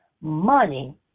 money